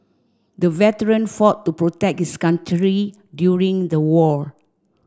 the veteran fought to protect his country during the war